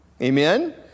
Amen